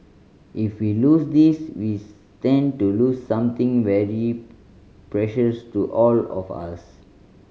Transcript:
if we lose this we stand to lose something very precious to all of us